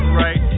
right